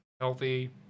healthy